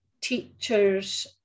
teachers